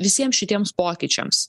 visiems šitiems pokyčiams